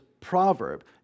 proverb